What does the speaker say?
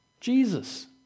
Jesus